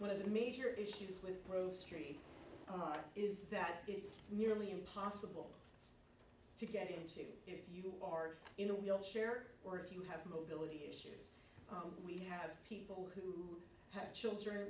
one of the major issues with pro street is that it's nearly impossible to get into if you are in a wheelchair or if you have mobility issues and we have people who have children